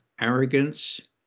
arrogance